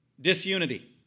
Disunity